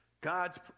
God's